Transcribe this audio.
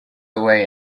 away